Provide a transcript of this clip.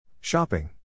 Shopping